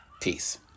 Peace